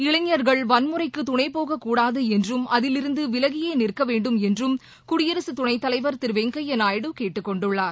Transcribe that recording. இளைஞர்கள் வன்முறைக்கு துணைபோகக் கூடாது என்றும் அதிலிருந்து விலகியே நிற்க வேண்டும் என்றும் குடியரசு துணை தலைவர் திரு வெஙகையா நாயுடு கேட்டுக்கொண்டுள்ளார்